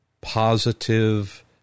positive